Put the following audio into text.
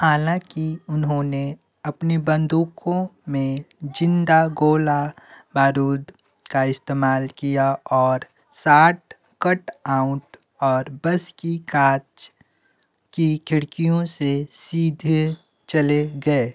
हालाँकि उन्होंने अपनी बंदूकों में जिंदा गोला बारूद का इस्तेमाल किया और शॉट कटआउट और बस की काँच की खिड़कियों से सीधे चले गए